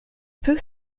peu